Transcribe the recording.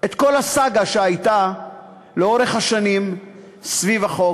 כל הסאגה שהייתה לאורך השנים סביב החוק.